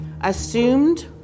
assumed